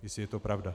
Jestli je to pravda?